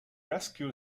rescue